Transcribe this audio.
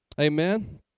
Amen